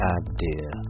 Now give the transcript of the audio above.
idea